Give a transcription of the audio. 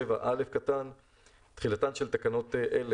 "תחילה ותחולה 7. (א)תחילתן של תקנות אלה,